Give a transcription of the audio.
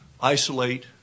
isolate